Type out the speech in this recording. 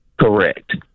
Correct